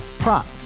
Prop